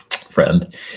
friend